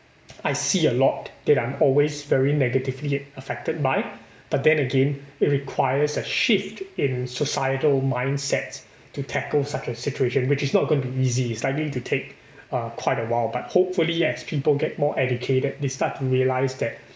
I see a lot that I'm always very negatively affected by but then again it requires a shift in societal mindset to tackle such a situation which is not going to be easy it's likely to take uh quite a while but hopefully as people get more educated they start to realise that